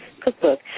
cookbook